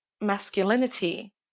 masculinity